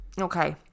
Okay